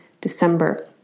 December